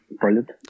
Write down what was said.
Brilliant